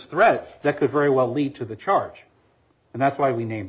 threat that could very well lead to the charge and that's why we named